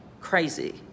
crazy